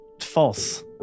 false